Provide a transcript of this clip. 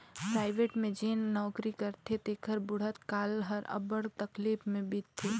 private में जेन नउकरी करथे तेकर बुढ़त काल हर अब्बड़ तकलीफ में बीतथे